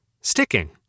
sticking